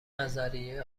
نظریه